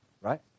Right